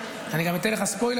אני גם אתן לך ספוילר,